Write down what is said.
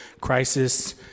crisis